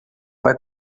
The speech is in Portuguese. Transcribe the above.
vai